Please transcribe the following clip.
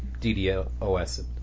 DDoS